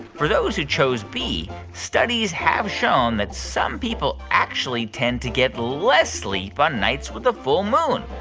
for those who chose b, studies have shown that some people actually tend to get less sleep on nights with a full moon.